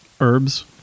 Herbs